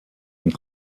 and